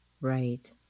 Right